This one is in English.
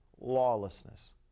lawlessness